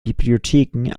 bibliotheken